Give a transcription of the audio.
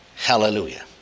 Hallelujah